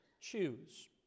choose